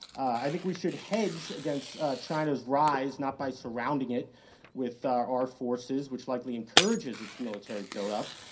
i think we should hedge against china's rise not by surrounding it with our our forces, which likely encourages its military buildup,